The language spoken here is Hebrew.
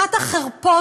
אחת החרפות,